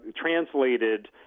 translated –